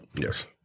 Yes